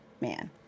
man